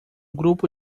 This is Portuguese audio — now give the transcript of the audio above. grupo